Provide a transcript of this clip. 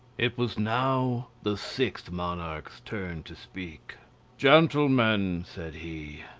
it was now the sixth monarch's turn to speak gentlemen, said he,